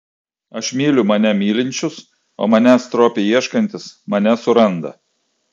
aš myliu mane mylinčius o manęs stropiai ieškantys mane suranda